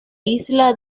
isla